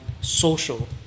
Social